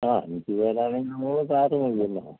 ആ അഞ്ച് പേരാണെങ്കിൽ നമുക്ക് കാറ് മതിയല്ലൊ